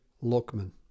Lockman